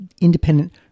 independent